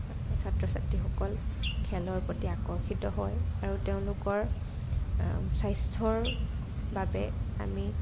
ছাত্ৰ ছাত্ৰীসকল খেলৰ প্ৰতি আকৰ্শিত হয় আৰু তেওঁলোকৰ স্বাস্থ্যৰ বাবে আমি